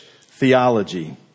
theology